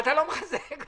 אתה לא מחזק אותי.